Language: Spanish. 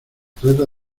trata